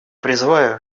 призываю